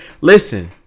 listen